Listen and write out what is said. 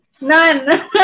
None